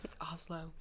Oslo